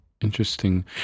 interesting